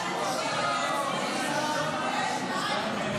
התשפ"ג 2023, לא נתקבלה.